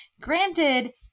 Granted